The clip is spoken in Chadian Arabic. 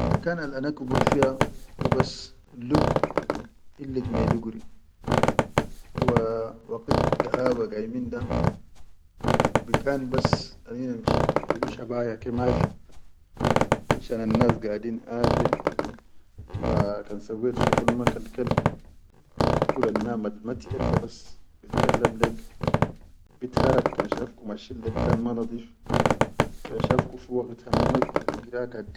Al bikan ana kubur fiya, hubas lub hilik maiduguri wa wagit da haba gaymin. Da bikan bas anina na shifa hillu shabaya ke mafi, finsha annas gadin afe wa kan sawwet shugul ma kal-kal kula annam matiʼerfa bi kallaman bi terak kan mashin le bikan ma nadeef kan shif ku waqit al gira kan.